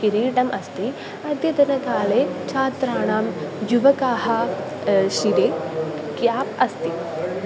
किरीटम् अस्ति अद्यतनकाले छात्राणां युवकाः शिरशि क्याप् अस्ति